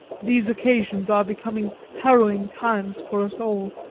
these occasions are becoming harrowing times for us all,